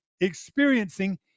experiencing